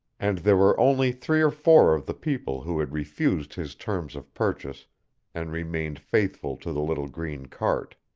and there were only three or four of the people who had refused his terms of purchase and remained faithful to the little green cart.